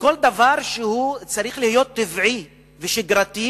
וכל דבר שצריך להיות טבעי ושגרתי,